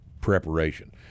preparation